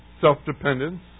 self-dependence